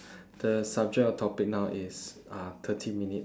the subject of topic now is uh thirty minutes